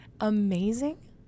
amazing